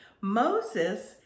Moses